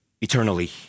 eternally